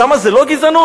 שם זה לא גזענות?